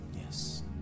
Yes